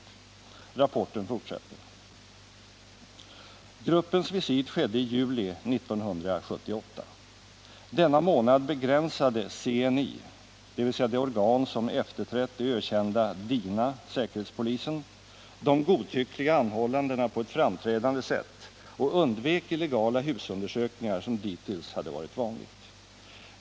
Den fortsätter: ”Gruppens visit skedde i juli 1978. Denna månad begränsade CNI de godtyckliga anhållandena på ett framträdande sätt och undvek illegala husundersökningar, som dittills hade varit vanliga.